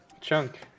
Chunk